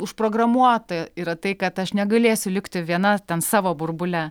užprogramuota yra tai kad aš negalėsiu likti viena ten savo burbule